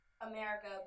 America